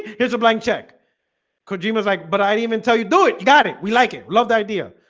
here's a blank check kojima is like but i'd even tell you do it. you got it. we like it. love the idea.